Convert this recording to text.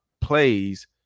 plays